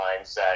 mindset